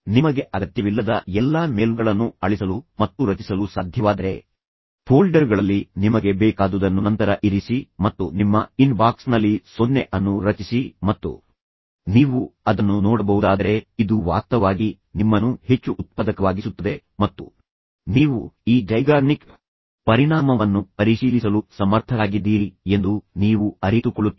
ನಿಮಗೆ ಅಗತ್ಯವಿಲ್ಲದ ಎಲ್ಲಾ ಮೇಲ್ಗಳನ್ನು ಅಳಿಸಲು ಮತ್ತು ರಚಿಸಲು ಸಾಧ್ಯವಾದರೆ ಫೋಲ್ಡರ್ಗಳಲ್ಲಿ ನಿಮಗೆ ಬೇಕಾದುದನ್ನು ನಂತರ ಇರಿಸಿ ಮತ್ತು ನಿಮ್ಮ ಇನ್ಬಾಕ್ಸ್ನಲ್ಲಿ 0 ಅನ್ನು ರಚಿಸಿ ಮತ್ತು ನೀವು ಅದನ್ನು ನೋಡಬಹುದಾದರೆ ಇದು ವಾಸ್ತವವಾಗಿ ನಿಮ್ಮನ್ನು ಹೆಚ್ಚು ಉತ್ಪಾದಕವಾಗಿಸುತ್ತದೆ ಮತ್ತು ನೀವು ಈ ಝೈಗಾರ್ನಿಕ್ ಪರಿಣಾಮವನ್ನು ಪರಿಶೀಲಿಸಲು ಸಮರ್ಥರಾಗಿದ್ದೀರಿ ಎಂದು ನೀವು ಅರಿತುಕೊಳ್ಳುತ್ತೀರಿ